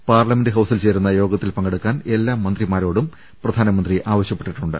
parliament ഹൌസിൽ ചേരുന്ന യോഗ ത്തിൽ പങ്കെടുക്കാൻ എല്ലാ മന്ത്രിമാരോടും പ്രധാനമന്ത്രി ആവശ്യപ്പെട്ടിട്ടു ണ്ട്